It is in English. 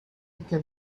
can